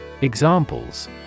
Examples